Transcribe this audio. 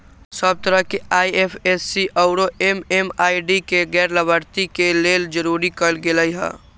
सब तरह से आई.एफ.एस.सी आउरो एम.एम.आई.डी के गैर लाभार्थी के लेल जरूरी कएल गेलई ह